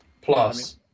Plus